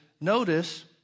notice